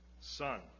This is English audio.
Son